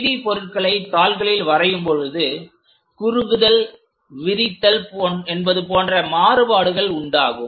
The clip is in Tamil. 3D பொருட்களை தாள்களில் வரையும் பொழுது குறுகுதல் விரித்தல் என்பது போன்ற மாறுபாடுகள் உண்டாகும்